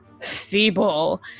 feeble